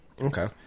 Okay